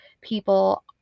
people